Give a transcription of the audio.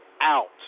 out